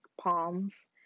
palms